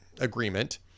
agreement